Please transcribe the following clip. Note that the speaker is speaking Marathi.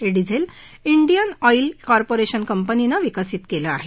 हे डिझेल डीयन ऑईल कॉर्पोरेशन कंपनीनं विकसीत केलं आहे